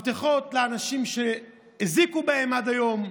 הבטחות לאנשים שהזיקו בהם עד היום.